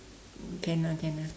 can ah can ah